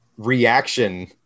reaction